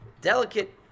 delicate